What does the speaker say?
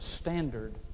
standard